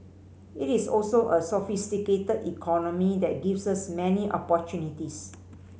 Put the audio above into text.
it is also a sophisticated economy that gives us many opportunities